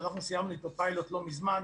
שאנחנו סיימנו את הפיילוט לא מזמן,